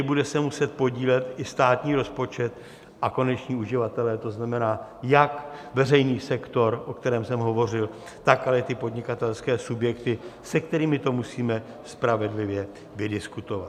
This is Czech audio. Bude se tedy muset podílet i státní rozpočet a koneční uživatelé, to znamená jak veřejný sektor, o kterém jsem hovořil, tak podnikatelské subjekty, se kterými to musíme spravedlivě vydiskutovat.